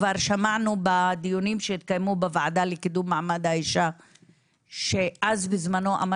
כבר שמענו בדיונים שהתקיימו בוועדה לקידום מעמד האישה שאז בזמנו,